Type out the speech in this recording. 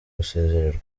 gusezererwa